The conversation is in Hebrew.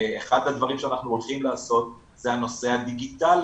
אחד הדברים שאנחנו הולכים לעשות זה הנושא הדיגיטלי